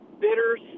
bitters